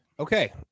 Okay